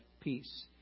peace